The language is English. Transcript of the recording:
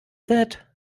that